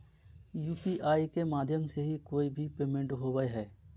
UPI के माध्यम से ही कोय भी पेमेंट होबय हय